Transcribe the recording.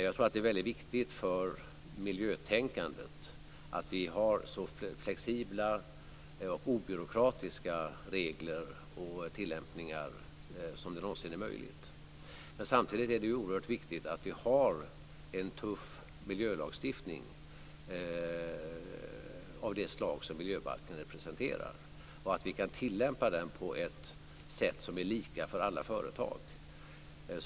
Jag tror att det är väldigt viktigt för miljötänkandet att vi har så flexibla och obyråkratiska regler och tillämpningar som möjligt. Samtidigt är det oerhört viktigt att vi har en tuff miljölagstiftning av det slag som miljöbalken representerar och att vi kan tillämpa den lika för alla företag.